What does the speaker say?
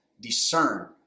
discern